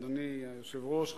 אדוני היושב-ראש,